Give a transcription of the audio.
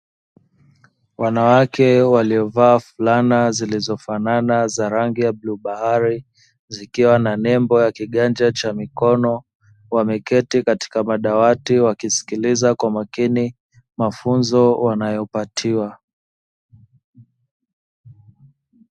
Wanawake waliovaa fulana ziizofanana za rangi ya bluu bahari; zikiwa na nembo ya kiganja cha mikono, wameketi katika madawati wakisikiliza kwa makini mafunzo wanayopatiwa.